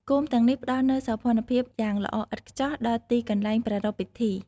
គោមទាំងនេះផ្តល់នូវសោភ័ណភាពយ៉ាងល្អឥតខ្ចោះដល់ទីកន្លែងប្រារព្ធពិធី។